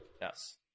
Yes